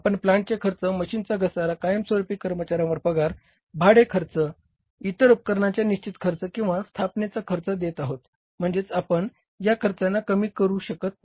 आपण प्लांटचे खर्च मशीनचा घसारा कायमस्वरुपी कर्मचार्यांचा पगार भाडे खर्च इतर उपकरणांचा निशचित खर्च किंवा स्थापनेचा खर्च देत आहोत म्हणजेच आपण या खर्चांना कमी नाही करू शकत